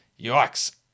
Yikes